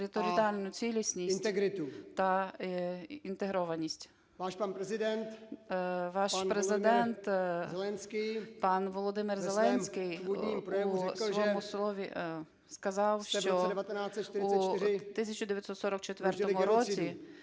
територіальну цілісність та інтегрованість. Ваш Президент пан Володимир Зеленський у своєму слові сказав, що у 1944 році